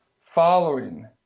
following